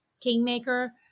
Kingmaker